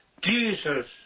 Jesus